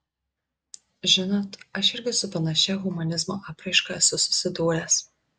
žinot aš irgi su panašia humanizmo apraiška esu susidūręs